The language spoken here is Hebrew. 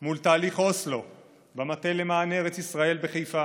מול תהליך אוסלו, במטה למען ארץ ישראל בחיפה,